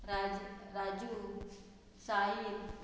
Raj Raju Sahil